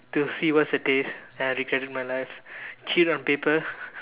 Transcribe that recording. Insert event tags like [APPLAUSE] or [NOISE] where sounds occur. to see what's the taste and I regretted my life chewed on paper [LAUGHS]